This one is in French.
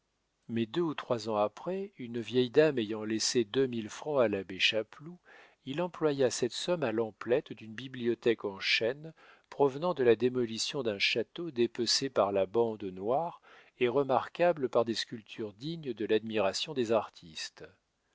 mais deux ou trois ans après une vieille dame ayant laissé deux mille francs à l'abbé chapeloud il employa cette somme à l'emplette d'une bibliothèque en chêne provenant de la démolition d'un château dépecé par la bande noire et remarquable par des sculptures dignes de l'admiration des artistes